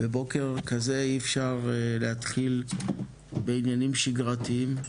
ובוקר כזה אי אפשר להתחיל בעניינים שגרתיים.